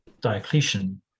Diocletian